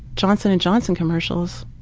johnson and johnson commercials.